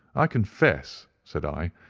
i confess, said i,